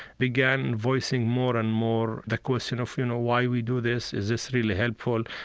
began voicing more and more the question of, you know, why we do this? is this really helpful?